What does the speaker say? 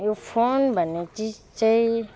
यो फोन भन्ने चिज चाहिँ